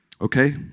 okay